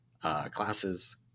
classes